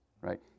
Right